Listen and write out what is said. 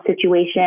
situation